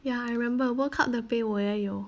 ya I remember world cup 的杯我也有